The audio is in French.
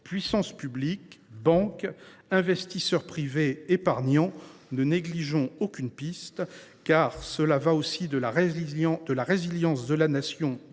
Puissance publique, banque, investisseurs privés, épargnants… Ne négligeons aucune piste ; il y va aussi de la résilience de la Nation